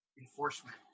enforcement